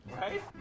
Right